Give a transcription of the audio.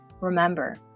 Remember